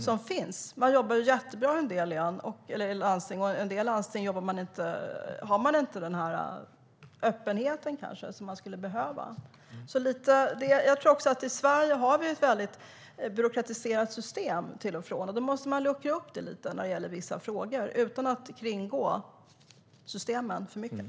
I en del landsting jobbar man jättebra medan man i en del landsting kanske inte har den öppenhet som man skulle behöva. I Sverige har vi till och från ett väldigt byråkratiserat system, och då måste vi, utan att kringgå systemen för mycket, luckra upp lite när det gäller vissa frågor.